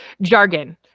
jargon